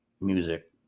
music